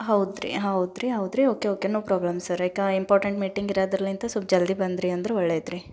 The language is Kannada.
ಹೌದ್ರೀ ಹೌದ್ರೀ ಹೌದ್ರೀ okay okay no problem sir ಯಾಕೆ ಇಂಪೋರ್ಟೆಂಟ್ ಮೀಟಿಂಗ್ ಇರಾದ್ರಲ್ಲಿಂತ ಸೊಲ್ಪ ಜಲ್ದಿ ಬಂದ್ರಿ ಅಂದ್ರೆ ಒಳ್ಳೆಯ ಐತ್ರೀ